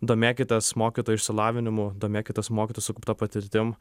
domėkitės mokytojų išsilavinimu domėkitės mokytojų sukaupta patirtim